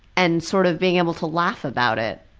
and sort of being able to laugh about it.